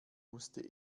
musste